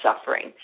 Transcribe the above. suffering